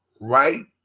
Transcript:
right